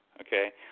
okay